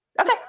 okay